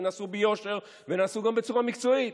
ונעשו ביושר ונעשו גם בצורה מקצועית.